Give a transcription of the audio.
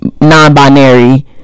non-binary